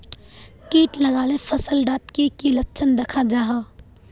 किट लगाले फसल डात की की लक्षण दखा जहा?